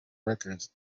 records